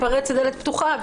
אתה מתפרץ לדלת פתוחה,